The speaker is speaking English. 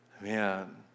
man